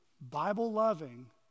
Bible-loving